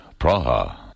Praha